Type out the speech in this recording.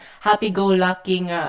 happy-go-lucky